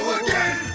again